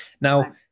Now